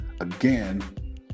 again